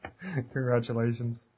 Congratulations